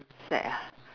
insect ah